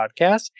podcast